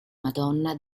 madonna